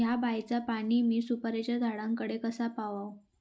हया बायचा पाणी मी सुपारीच्या झाडान कडे कसा पावाव?